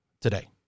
today